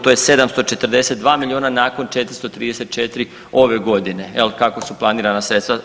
To je 742 milijuna nakon 434 ove godine jel kako su planirana sredstva.